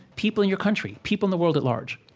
people in your country, people in the world at large?